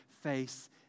face